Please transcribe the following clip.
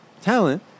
talent